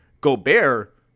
Gobert